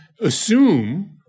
assume